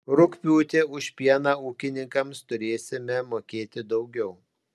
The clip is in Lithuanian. rugpjūtį už pieną ūkininkams turėsime mokėti daugiau